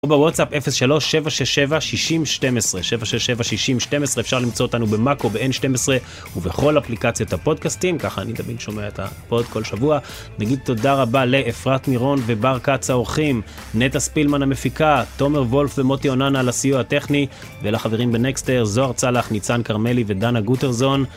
תראו בוואטסאפ 03-767-60-12, 767-60-12, אפשר למצוא אותנו במאקו, ב-N12, ובכל אפליקציות הפודקאסטים, ככה אני תמיד שומע את הפוד כל שבוע, נגיד תודה רבה לאפרת נירון ובר כץ העורכים, נטע ספילמן המפיקה, תומר וולף ומוטי אוננה על הסיוע הטכני, ולחברים בנקסטר, זוהר צלח, ניצן כרמלי ודנה גוטרזון,